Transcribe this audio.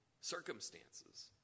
circumstances